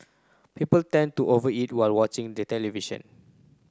people tend to over eat while watching the television